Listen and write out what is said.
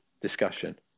discussion